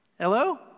Hello